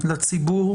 יונגש לציבור